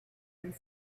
and